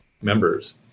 members